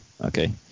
Okay